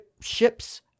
ships